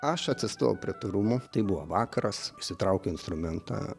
aš atsistojau prie tų rūmų tai buvo vakaras išsitraukiau instrumentą